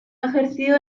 ejercido